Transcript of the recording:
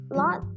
lot